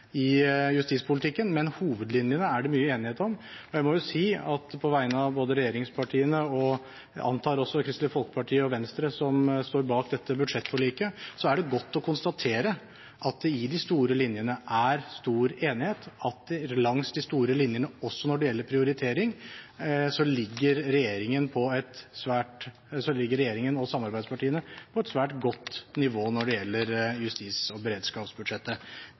i justispolitikken, men mye enighet om hovedlinjene. Så på vegne av regjeringspartiene og jeg antar også Kristelig Folkeparti og Venstre, som står bak dette budsjettforliket, er det godt å konstatere at det langs de store linjene er stor enighet. Også langs de store linjene når det gjelder prioritering, ligger regjeringen og samarbeidspartiene på et svært godt nivå når det gjelder justis- og beredskapsbudsjettet.